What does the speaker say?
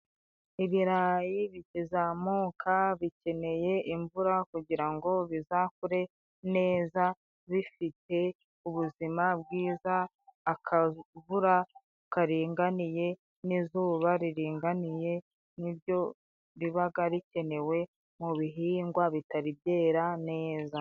Ibirayi bikizamuka bikeneye imvura kugira ngo bizakure neza bifite ubuzima bwiza ,akavura karinganiye n'izuba riringaniye niryo ribaga rikenewe mu bihingwa bitari byera neza.